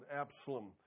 Absalom